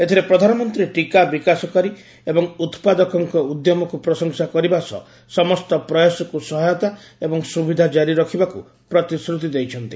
ଏଥିରେ ପ୍ରଧାନମନ୍ତ୍ରୀ ଟିକା ବିକାଶକାରୀ ଏବଂ ଉତ୍ପାଦକଙ୍କ ଉଦ୍ୟମକୁ ସେ ପ୍ରଶଂସା କରିବା ସହ ସମସ୍ତ ପ୍ରୟାସକୁ ସହାୟତା ଏବଂ ସୁବିଧା ଜାରି ରଖିବାକୁ ପ୍ରତିଶ୍ରତି ଦେଇଛନ୍ତି